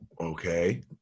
Okay